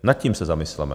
Nad tím se zamysleme.